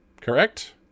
correct